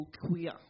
queer